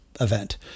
event